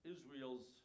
Israel's